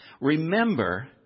remember